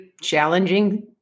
challenging